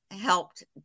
helped